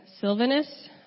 Sylvanus